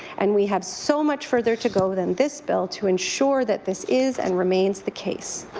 and we have so much further to go than this bill to ensure that this is and remains the case.